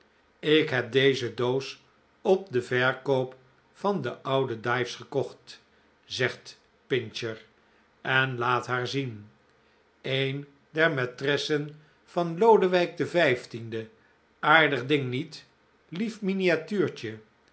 ik heb deze doos op den verkoop van den ouwen dives gekocht zegt pincher en laat haar zien een der maitressen van lodewijk xv aardig ding niet lief